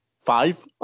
five